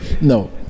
No